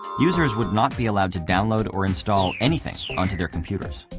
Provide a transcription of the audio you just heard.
users would not be allowed to download or install anything onto their computers.